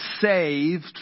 saved